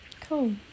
Cool